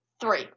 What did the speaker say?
Three